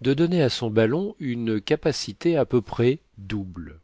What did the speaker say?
de donner à son ballon une capacité à peu près double